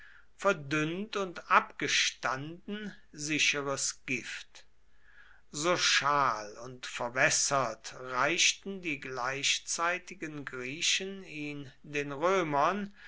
verdünnt und abgestanden sicheres gift so schal und verwässert reichten die gleichzeitigen griechen ihn den römern